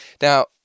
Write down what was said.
Now